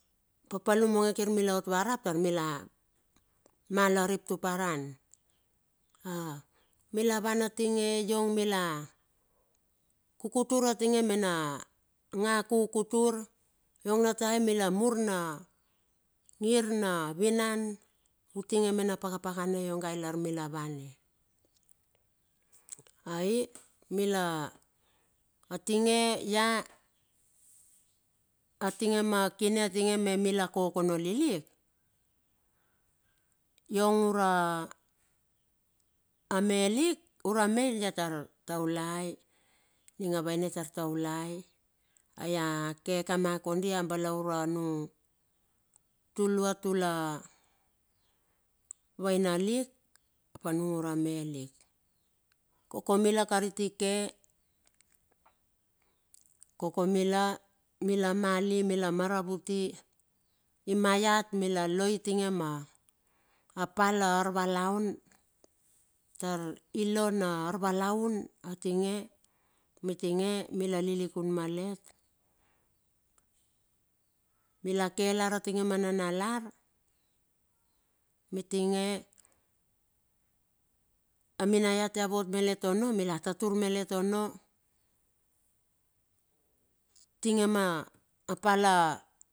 Papalum onge kir milaot warap tar mila mal arip tuparan. Milawan atinge iong mila kukutur atinge mena nga kukutur. Iong na taem mila mur na ngir na vinan utinge mena pakapakana ionga ilar mila wan e. Aii mila atinge ia, atinge ma kine atinge me mila kokono lilik, iong ura melik, ura me dia tar taulai, ninga vaina itar taulai. Ai ake kama kondi a balaure anung tulua, tula vaina lik ap anung ura melik. Koke mila kariti ke koke mila, mila, mila maravuti, i maiat mila loi utinge ma pal arvalaun tar ilo na arvalaun atinge. Mitinge mila lilikun malet, mila ke lar a tinge ma nanalar. Mitinge a minaiat ia vot malet ono mila tatur malet ono utinge ma pal a.